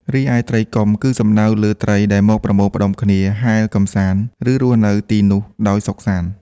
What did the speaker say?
រីឯ ត្រីកុំ គឺសំដៅលើត្រីដែលមកប្រមូលផ្ដុំគ្នា ហែលកម្សាន្ត ឬរស់នៅទីនោះដោយសុខសាន្ត។